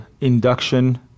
induction